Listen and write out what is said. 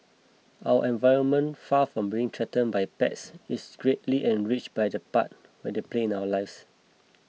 our environment far from being threatened by pets is greatly enriched by the part they play in our lives